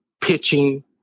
pitching